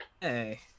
Hey